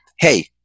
hey